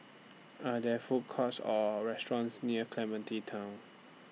Are There Food Courts Or restaurants near Clementi Town